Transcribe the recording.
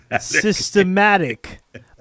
Systematic